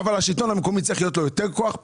אבל השלטון המקומי צריך להיות לו כאן יותר כוח.